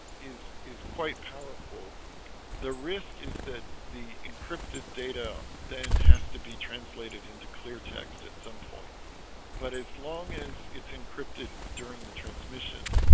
is is quite powerful the risk is that the encrypted data then has to be translated into clear text at some point but as long as it's encrypted during the transmission